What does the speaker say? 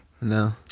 No